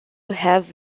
have